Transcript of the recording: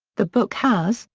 the book has,